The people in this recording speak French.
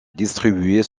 distribués